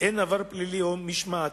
אין עבר פלילי או משמעתי.